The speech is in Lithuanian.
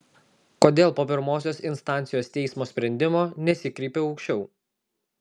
kodėl po pirmosios instancijos teismo sprendimo nesikreipiau aukščiau